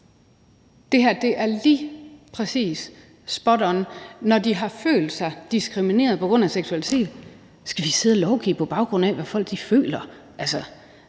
Det her er lige præcis spot on: Når de har følt sig diskrimineret på grund af seksualitet, skal vi så sidde og lovgive på baggrund af, hvad folk føler?